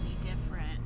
different